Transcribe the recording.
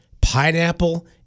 pineapple